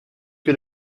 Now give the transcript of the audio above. que